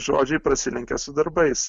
žodžiai prasilenkia su darbais